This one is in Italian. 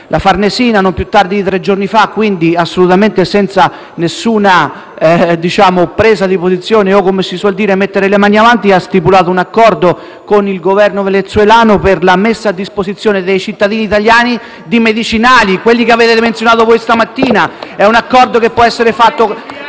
la Farnesina, non più tardi di tre giorni fa (quindi senza nessuna presa di posizione o, come si suol dire, senza mettere le mani avanti), ha stipulato un accordo con il Governo venezuelano per la messa a disposizione dei cittadini italiani di medicinali, quelli che avete menzionato questa mattina. *(Applausi dal